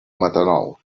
metanol